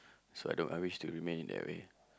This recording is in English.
so I don't I wish to remain in that way